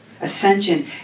Ascension